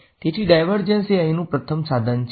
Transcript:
તેથી ડાયવર્જન્સ એ અહીંનું પ્રથમ સાધન છે